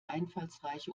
einfallsreiche